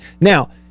Now